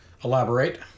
Elaborate